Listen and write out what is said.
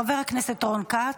חבר הכנסת רון כץ.